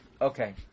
Okay